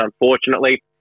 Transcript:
unfortunately